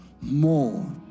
more